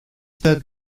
that